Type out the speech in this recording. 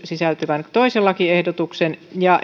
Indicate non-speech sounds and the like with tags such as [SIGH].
sisältyvän toisen lakiehdotuksen ja [UNINTELLIGIBLE]